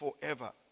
forever